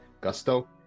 Gusto